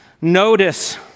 Notice